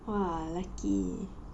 !wah! lucky